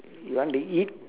you want to eat